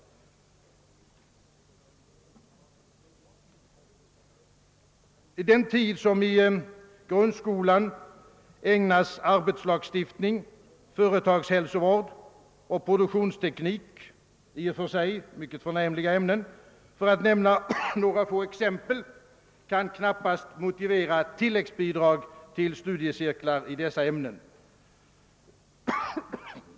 Den tid som i grundskolan ägnas arbetslagstiftning, företagshälsovård och produktionsteknik — i och för sig mycket förnämliga ämnen — för att nämna några få exempel, kan knappast motivera tilläggsbidrag till studiecirklar i dessa ämnen.